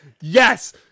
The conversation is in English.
yes